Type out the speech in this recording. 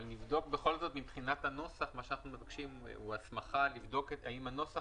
מה שאנחנו מבקשים הוא הסמכה לבדוק האם הנוסח